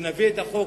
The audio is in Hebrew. וכשנביא את החוק